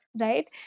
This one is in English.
right